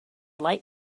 light